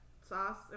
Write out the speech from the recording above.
sauce